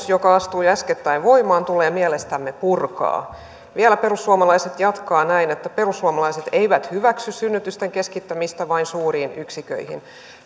joka astui äskettäin voimaan tulee mielestämme purkaa perussuomalaiset vielä jatkavat näin että perussuomalaiset eivät hyväksy synnytysten keskittämistä vain suuriin yksiköihin